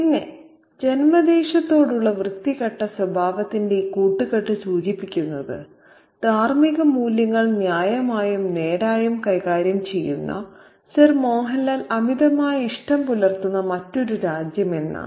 പിന്നെ ജന്മദേശത്തോടുള്ള വൃത്തികെട്ട സ്വഭാവത്തിന്റെ ഈ കൂട്ടുകെട്ട് സൂചിപ്പിക്കുന്നത് ധാർമ്മിക മൂല്യങ്ങൾ ന്യായമായും നേരായും കൈകാര്യം ചെയ്യുന്ന സർ മോഹൻലാൽ അമിതമായി ഇഷ്ടം പുലർത്തുന്ന മറ്റൊരു രാജ്യം എന്നാണ്